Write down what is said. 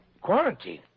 Quarantine